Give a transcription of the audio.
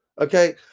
Okay